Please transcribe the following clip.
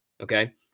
Okay